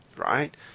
right